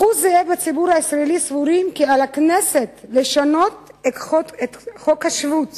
אחוז זהה בציבור הישראלי סבורים כי על הכנסת לשנות את חוק השבות